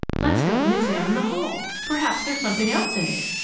let's go and examine the hole! perhaps there's something else in it.